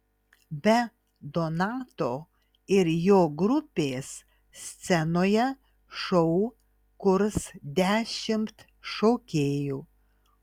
be donato ir jo grupės scenoje šou kurs dešimt šokėjų